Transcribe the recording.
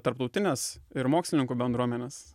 tarptautinės ir mokslininkų bendruomenės